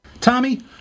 Tommy